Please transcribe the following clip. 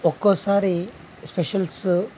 ఒక్కోసారి స్పెషల్సు